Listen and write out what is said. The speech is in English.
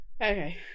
Okay